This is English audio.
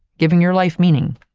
giving your life meaning,